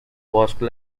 basque